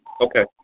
Okay